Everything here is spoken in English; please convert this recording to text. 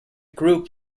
group